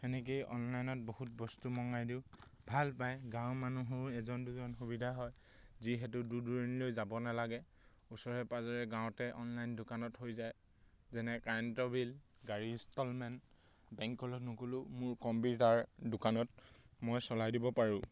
সেনেকৈয়ে অনলাইনত বহুত বস্তু মঙ্গাই দিওঁ ভাল পায় গাঁৱৰ মানুহো এজন দুজন সুবিধা হয় যিহেতু দূৰ দূৰণিলৈ যাব নালাগে ওচৰে পাঁজৰে গাঁৱতে অনলাইন দোকানত হৈ যায় যেনে কাৰেণ্টৰ বিল গাড়ী ইনষ্টলমেণ্ট বেংকলৈ নগলেও মোৰ কম্পিউটাৰ দোকানত মই চলাই দিব পাৰোঁ